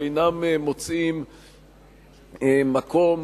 שאינם מוצאים מקום